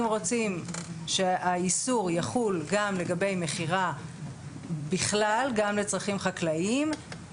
אם רוצים שהאיסור יחול גם לגבי מכירה בכלל גם לצרכים חקלאיים,